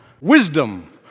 Wisdom